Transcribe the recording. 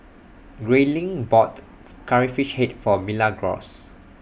Grayling bought Curry Fish Head For Milagros